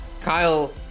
Kyle